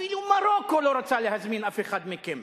אפילו מרוקו לא רוצה להזמין אף אחד מכם.